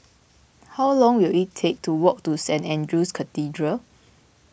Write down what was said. how long will it take to walk to Saint andrew's Cathedral